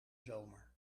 zomer